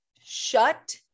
Shut